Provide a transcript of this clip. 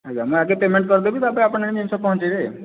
ଆଜ୍ଞା ମୁଁ ଆଗେ ପେମେଣ୍ଟ୍ କରିଦେବି ତାପରେ ଆପଣ ଆଣି ଜିନିଷ ପହଞ୍ଚାଇବେ